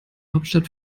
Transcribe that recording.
hauptstadt